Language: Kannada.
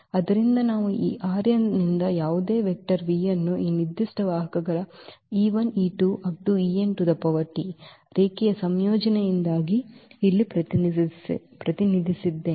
ಆದ್ದರಿಂದ ನಾವು ಈ ನಿಂದ ಯಾವುದೇ ವೆಕ್ಟರ್ v ಅನ್ನು ಈ ನಿರ್ದಿಷ್ಟ ವಾಹಕಗಳ ರೇಖೀಯ ಸಂಯೋಜನೆಯಾಗಿ ಇಲ್ಲಿ ಪ್ರತಿನಿಧಿಸಿದ್ದೇವೆ